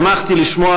שמחתי לשמוע,